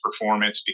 Performance